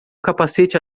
capacete